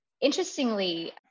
Interestingly